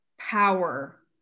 power